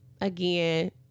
again